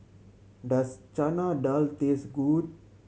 does Chana Dal taste good